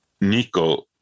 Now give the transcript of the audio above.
Nico